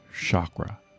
chakra